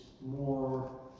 more